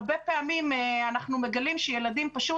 הרבה פעמים אנחנו מגלים שילדים פשוט